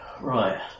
right